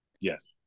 Yes